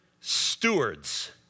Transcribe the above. stewards